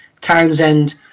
townsend